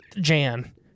Jan